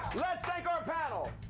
let's thank our panel.